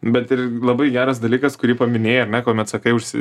bet ir labai geras dalykas kurį paminėjai ar ne kuomet sakai užsi